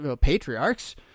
patriarchs